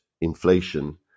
inflation